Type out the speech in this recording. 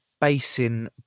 Basin